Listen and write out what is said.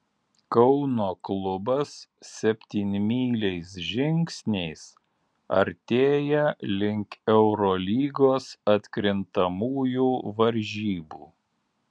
kauno klubas septynmyliais žingsniais artėja link eurolygos atkrintamųjų varžybų